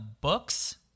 books